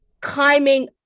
climbing